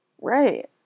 Right